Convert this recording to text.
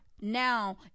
Now